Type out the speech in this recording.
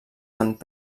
sant